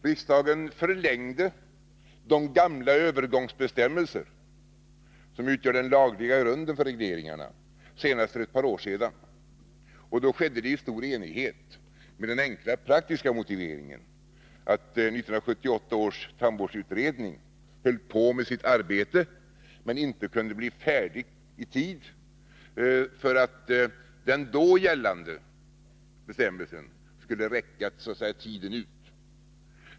Riksdagen förlängde de gamla övergångsbestämmelserna, som utgör den lagliga grunden för regleringarna, senast för ett par år sedan. Det skedde då under stor enighet med den enkla och praktiska motiveringen att 1978 års tandvårdsutredning höll på med sitt arbete men inte kunde bli färdig i tid för att den då gällande bestämmelsen så att säga skulle räcka tiden ut.